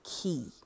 key